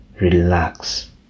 relax